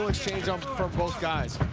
like changeups from both guys.